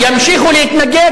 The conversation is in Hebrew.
ימשיכו להתנגד,